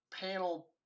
panel